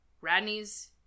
Radney's